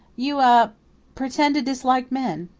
you ah pretend to dislike men.